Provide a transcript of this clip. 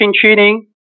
training